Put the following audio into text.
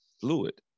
fluid